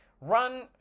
run